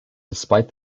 despite